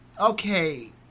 Okay